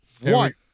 one